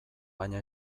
baina